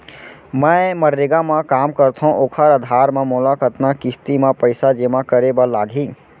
मैं मनरेगा म काम करथो, ओखर आधार म मोला कतना किस्ती म पइसा जेमा करे बर लागही?